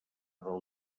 del